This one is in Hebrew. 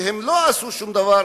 הם לא עשו שום דבר,